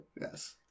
Yes